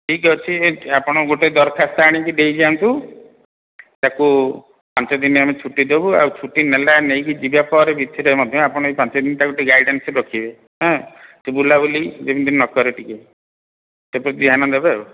ଠିକ୍ ଅଛି ଆପଣ ଗୋଟେ ଦରଖାସ୍ତ ଆଣିକି ଦେଇଯାଆନ୍ତୁ ତାକୁ ପାଞ୍ଚ ଦିନ ଆମେ ଛୁଟି ଦେବୁ ଆଉ ଛୁଟି ନେଲା ନେଇକି ଯିବା ପରେ ବି ମଧ୍ୟ ଆପଣ ଏ ପାଞ୍ଚ ଦିନ ତାକୁ ଟିକେ ଗାଇଡ଼ାନ୍ସରେ ରଖିବେ ବୁଲାବୁଲି ବି ଯେମିତି ନକରେ ଟିକେ ତାକୁ ଧ୍ୟାନ ଦେବେ ଆଉ